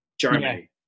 Germany